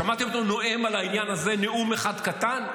שמעתם אותו נואם על העניין הזה נאום אחד קטן?